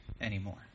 anymore